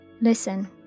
listen